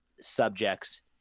subjects